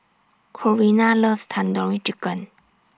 Corina loves Tandoori Chicken